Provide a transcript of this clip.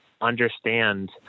understand